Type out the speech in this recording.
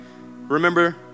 Remember